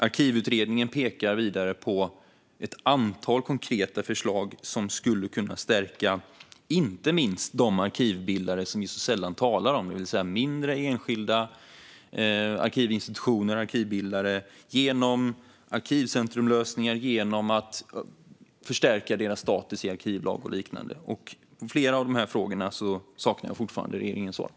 Arkivutredningen pekar vidare på ett antal konkreta förslag som skulle kunna stärka inte minst de mindre, enskilda arkivinstitutioner och arkivbildare som vi så sällan talar om, genom arkivcentrumlösningar och genom att förstärka deras status i arkivlag och liknande. I flera av de här frågorna saknar jag fortfarande regeringens svar.